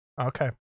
Okay